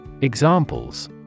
Examples